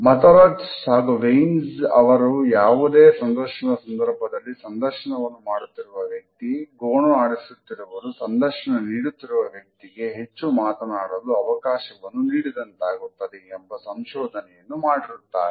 Matarazzo ಹಾಗು Wiens ಅವರು ಯಾವುದೇ ಸಂದರ್ಶನದ ಸಂದರ್ಭದಲ್ಲಿ ಸಂದರ್ಶನವನ್ನು ಮಾಡುತ್ತಿರುವ ವ್ಯಕ್ತಿ ಗೋಣು ಆಡಿಸುತ್ತಿರುವುದು ಸಂದರ್ಶನ ನೀಡುತ್ತಿರುವ ವ್ಯಕ್ತಿಗೆ ಹೆಚ್ಚು ಮಾತನಾಡಲು ಅವಕಾಶವನ್ನು ನೀಡಿದಂತಾಗುತ್ತದೆ ಎಂಬ ಸಂಶೋಧನೆಯನ್ನು ಮಾಡಿರುತ್ತಾರೆ